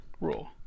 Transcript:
rule